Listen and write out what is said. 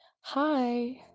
Hi